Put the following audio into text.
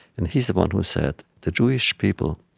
and he's the one who said, the jewish people